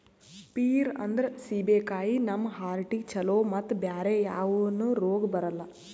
peer ಅಂದ್ರ ಸೀಬೆಕಾಯಿ ನಮ್ ಹಾರ್ಟಿಗ್ ಛಲೋ ಮತ್ತ್ ಬ್ಯಾರೆ ಯಾವನು ರೋಗ್ ಬರಲ್ಲ್